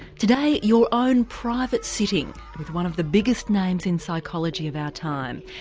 today your own private sitting with one of the biggest names in psychology of our time.